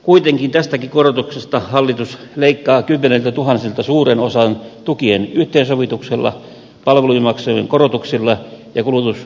kuitenkin tästäkin korotuksesta hallitus leikkaa kymmeniltätuhansilta suuren osan tukien yhteensovituksella palvelumaksujen korotuksilla ja kulutusverotuksen kiristyksillä